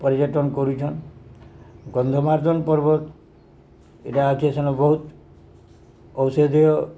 ପର୍ଯ୍ୟଟନ କରୁଛନ୍ ଗନ୍ଧମାର୍ଦ୍ଧନ ପର୍ବତ ଏଇଟା ଅଛି ସେନ ବହୁତ ଔଷଧୀୟ